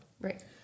Right